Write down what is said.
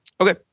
Okay